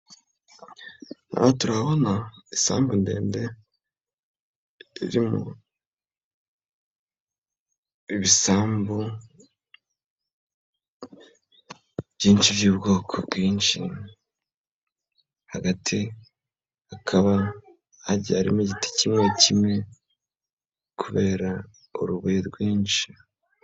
Aho turabona isambu ndende, rimo ibisambu byinshi by'ubwoko bwinshi, hagati hakaba hagiye harimo igiti kimwe kimwe, kubera urubuye rwinshi.